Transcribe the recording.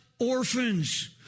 orphans